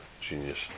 genius